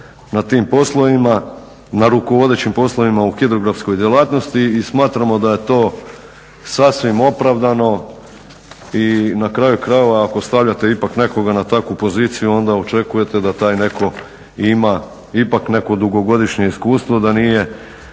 na tim poslovima, na rukovodećim poslovima u hidrografskoj djelatnosti. I smatramo da je to sasvim opravdano i na kraju krajeva ako stavljate ipak nekoga na takvu poziciju onda očekujete da taj netko ima ipak neko dugogodišnje iskustvo da nije